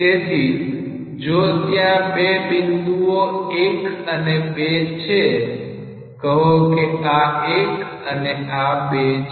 તેથી જો ત્યાં બે બિંદુઓ 1 અને 2 છે કહો કે આ 1 અને આ 2 છે